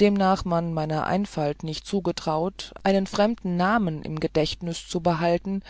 demnach man aber meiner einfalt nicht zugetraute einen fremden namen im gedächtnüs zu behalten